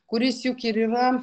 kuris juk ir yra